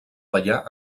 ballar